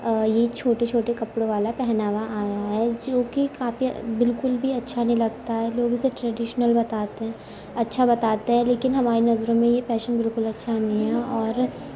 یہ چھوٹے چھوٹے کپڑوں والا پہناوا آیا ہے جو کہ کافی بالکل بھی اچھا نہیں لگتا ہے لوگ اسے ٹریڈیشنل بتاتے ہیں اچھا بتاتے ہیں لیکن ہماری نظروں میں یہ فیشن بالکل اچھا نہیں ہے اور